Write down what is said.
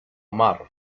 mar